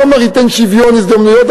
אני לא אומר ייתן שוויון הזדמנויות,